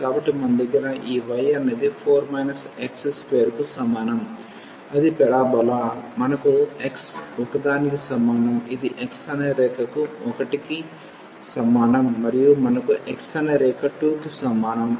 కాబట్టి మన దగ్గర ఈ y అనేది 4 x2 కు సమానం అది పరాబోలా మనకు x ఒకదానికి సమానం ఇది x అనే రేఖకి 1 కి సమానం మరియు మనకు x అనే రేఖ 2 కి సమానం